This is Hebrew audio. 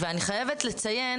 אני חייבת לציין